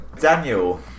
Daniel